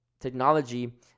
technology